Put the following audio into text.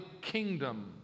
kingdom